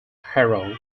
harrow